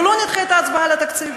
ולא נדחה את ההצבעה על התקציב.